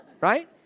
right